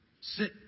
Sit